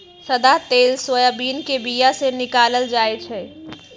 सदा तेल सोयाबीन के बीया से निकालल जाइ छै